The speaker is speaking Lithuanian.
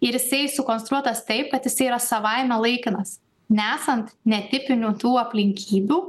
ir jisai sukonstruotas taip kad jis yra savaime laikinas nesant netipinių tų aplinkybių